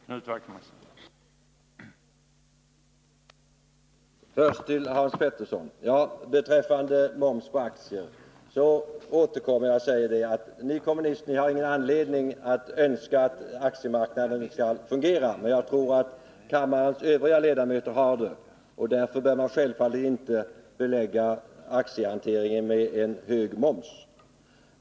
Herr talman! Först några ord till Hans Petersson i Hallstahammar. Beträffande moms på aktier återkommer jag och säger att ni kommunister har ingen anledning att önska att aktiemarknaden skall fungera. Men jag tror att kammarens övriga ledamöter har det, och därför bör man självfallet inte belägga aktiehanteringen med en hög moms.